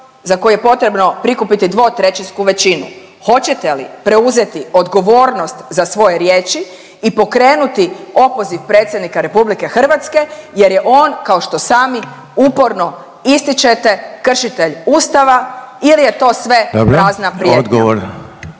za koje je potrebno prikupiti dvotrećinsku većinu. Hoćete li preuzeti odgovornost za svoje riječi i pokrenuti opoziv predsjednika RH jer je on, kao što sami uporno ističete, kršitelj Ustava ili je to sve prazna prijetnja? **Reiner,